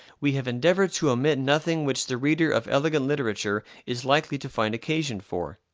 we have endeavored to omit nothing which the reader of elegant literature is likely to find occasion for.